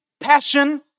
passion